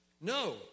No